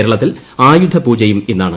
കേരളത്തിൽ ആയുധ പൂജയും ഇന്നാണ്